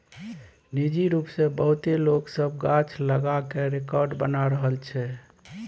निजी रूप सँ बहुते लोक सब गाछ लगा कय रेकार्ड बना रहल छै